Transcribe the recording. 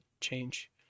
change